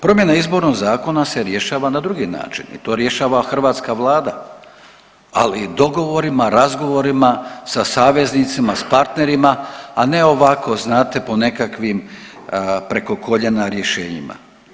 Promjena izbornog zakona se rješava na drugi način i to rješava hrvatska vlada, ali dogovorima, razgovorima sa saveznicima, s partnerima, a ne ovako znate po nekakvim preko koljena rješenjima.